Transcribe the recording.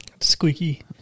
Squeaky